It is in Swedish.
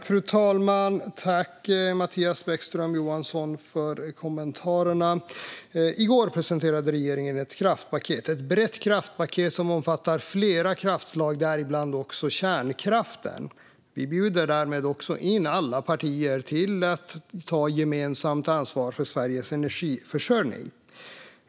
Fru talman! Jag tackar Mattias Bäckström Johansson för kommentarerna. I går presenterade regeringen ett brett kraftpaket som omfattar flera kraftslag, däribland också kärnkraften. Vi bjuder därmed också in alla partier till att ta gemensamt ansvar för Sveriges energiförsörjning.